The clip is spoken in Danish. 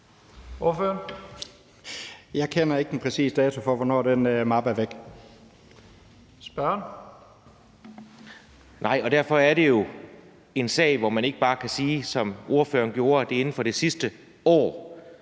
Kl. 13:05 Anders Kronborg (S): Nej, og derfor er det jo en sag, hvor man ikke bare kan sige, som ordføreren gjorde, at det er inden for det sidste år.